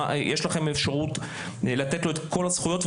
יש לכם את האפשרות לתת לו את כל הזכויות,